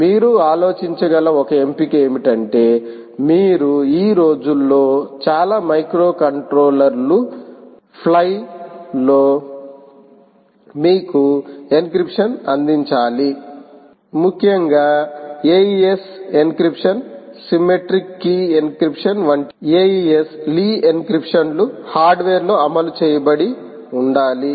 మీరు ఆలోచించగల ఒక ఎంపిక ఏమిటంటే మీరు ఈ రోజులో చాలా మైక్రోకంట్రోలర్లు ఫ్లైలో మీకు ఎన్క్రిప్షన్ను అందించాలి ముఖ్యంగా AES encryption symmetric key encryption వంటి AES లిఎన్క్రిప్షన్లు హార్డ్వేర్లో అమలు చేయబడి ఉండాలి